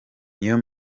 niyo